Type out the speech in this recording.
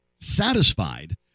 satisfied